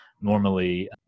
normally